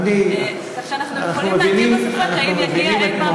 כך שאנחנו יכולים להטיל ספק אם יגיע אי-פעם